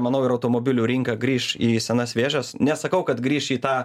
manau ir automobilių rinka grįš į senas vėžes nesakau kad grįš į tą